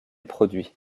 produit